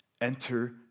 Enter